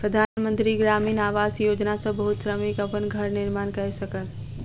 प्रधान मंत्री ग्रामीण आवास योजना सॅ बहुत श्रमिक अपन घर निर्माण कय सकल